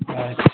अच्छा